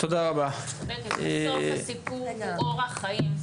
בתוך הסיפור זה אורח חיים.